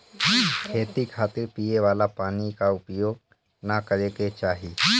खेती खातिर पिए वाला पानी क उपयोग ना करे के चाही